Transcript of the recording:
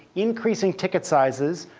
increasing ticket sizes,